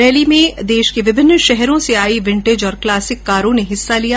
rally में देश के विभिन्न शहरों से आयी विंटेज और क्लासिक कारों ने हिस्सा लिया